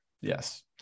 yes